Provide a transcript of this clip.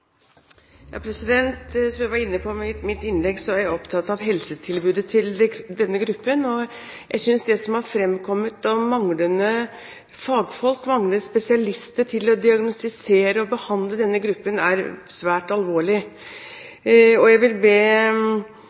Som jeg var inne på i mitt innlegg, er jeg opptatt av helsetilbudet til denne gruppen, og jeg synes at det som har fremkommet om manglende fagfolk, manglende spesialister til å diagnostisere og behandle denne gruppen, er svært alvorlig. Jeg vil be